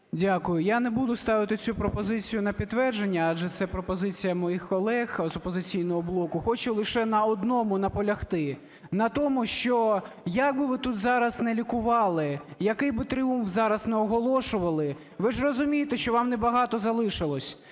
Дякую. Я не буду ставити цю пропозицію на підтвердження, адже це пропозиція моїх колег з "Опозиційного блоку". Хочу лише на одному наполягти – на тому, що як би ви тут зараз не лікували, який би тріумф зараз не оголошували, ви ж розумієте, що вам небагато залишилось,